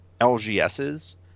lgs's